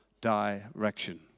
direction